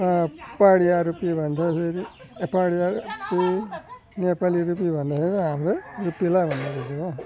Pahadiya rupee भन्छ फेरि पहाडिया ऊ नेपाली रुपी भन्छ होइन हाम्रो रुपीलाई भन्दो रहेछ हो